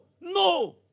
No